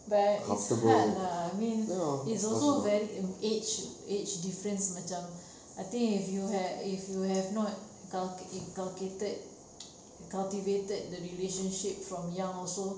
but it's hard lah I mean it's also vary in age age difference macam I think if you have if you have not calc~ inculcated cultivated the relationship from young also